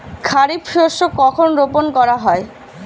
খারিফ শস্য কখন রোপন করা হয়?